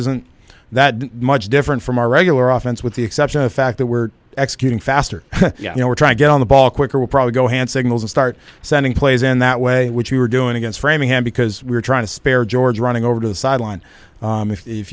incident that much different from our regular office with the exception the fact that we're executing faster you know we're trying to get on the ball quicker will probably go hand signals and start sending plays in that way which we were doing against framingham because we're trying to spare george running over to the sideline